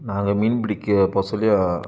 நாங்கள் மீன் பிடிக்க போக சொல்லி